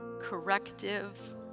corrective